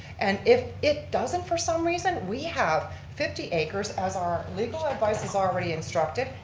and if it doesn't for some reason, we have fifty acres as our legal advice has already instructed,